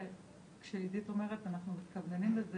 כשעדית אומרת שאנחנו מתכווננים לזה